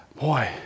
boy